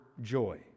joy